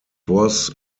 was